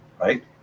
right